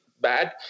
bad